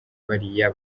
bariya